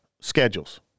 schedules